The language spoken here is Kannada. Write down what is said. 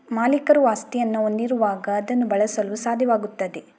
ಮಾಲೀಕರು ಆಸ್ತಿಯನ್ನು ಹೊಂದಿರುವಾಗ ಅದನ್ನು ಬಳಸಲು ಸಾಧ್ಯವಾಗುತ್ತದೆ